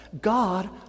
God